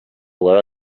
where